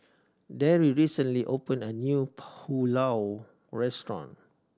Darry recently opened a new Pulao Restaurant